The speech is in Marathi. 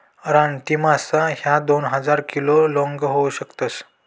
रानटी मासा ह्या दोन हजार किलो लोंग होऊ शकतस